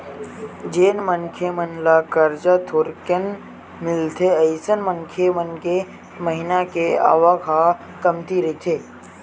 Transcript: जेन मनखे मन ल करजा थोरेकन मिलथे अइसन मनखे मन के महिना के आवक ह कमती रहिथे